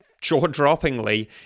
jaw-droppingly